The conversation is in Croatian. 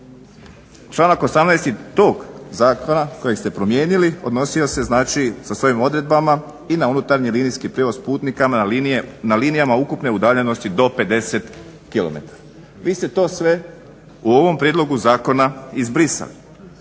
Članak 18.tog zakona kojeg ste promijenili odnosio se sa svojim odredbama i na unutarnji linijski prijevoz putnika na linijama ukupne udaljenosti do 50km. Vi ste to sve u ovom prijedlogu zakona izbrisali.